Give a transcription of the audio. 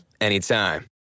anytime